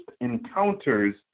encounters